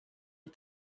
les